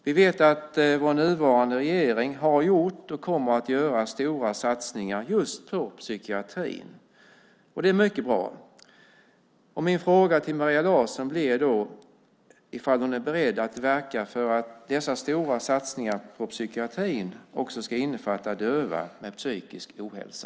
Vi vet att vår nuvarande regering har gjort och kommer att göra stora satsningar just på psykiatrin. Det är mycket bra. Är Maria Larsson beredd att verka för att dessa stora satsningar på psykiatrin också ska innefatta döva med psykisk ohälsa?